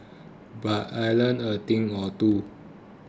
but I learnt a thing or two